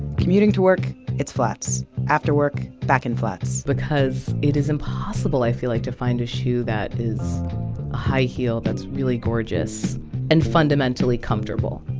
commuting to work, it's flats. after work, back in flats because it is impossible i feel like, to find a shoe that is a high heel that's really gorgeous and fundamentally comfortable.